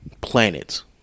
planets